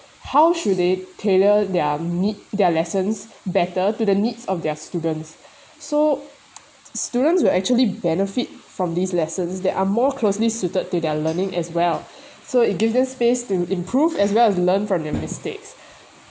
how should they tailor their meet their lessons better to the needs of their students so students will actually benefit from these lessons that are more closely suited to their learning as well so it gives them space to improve as well as learn from their mistakes